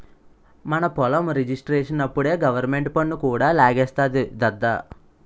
మన పొలం రిజిస్ట్రేషనప్పుడే గవరమెంటు పన్ను కూడా లాగేస్తాది దద్దా